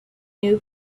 new